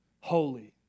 holy